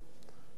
כמה אמירות.